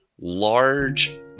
large